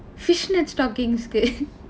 fishnet stockings-kku